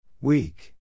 Weak